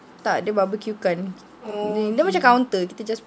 tak dia barbecuekan dia macam counter kita just